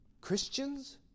Christians